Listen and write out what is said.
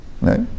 right